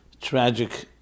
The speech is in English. tragic